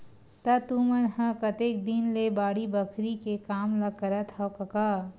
त तुमन ह कतेक दिन ले बाड़ी बखरी के काम ल करत हँव कका?